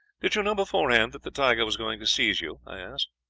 did you know beforehand that the tiger was going to seize you i asked.